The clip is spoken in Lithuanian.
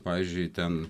pavyzdžiui ten